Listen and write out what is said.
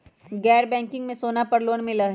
गैर बैंकिंग में सोना पर लोन मिलहई?